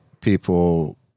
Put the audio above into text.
people